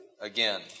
again